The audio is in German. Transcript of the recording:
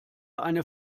eine